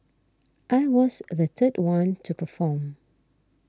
I was the third one to perform